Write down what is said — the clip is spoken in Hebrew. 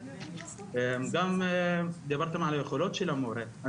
גם דיברתם על היכולות של המורה,